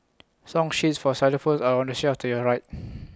song sheets for xylophones are on the shelf to your right